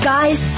Guys